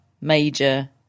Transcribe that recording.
major